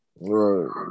Right